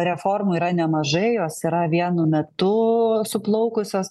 reformų yra nemažai jos yra vienu metu suplaukusios